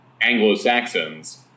Anglo-Saxons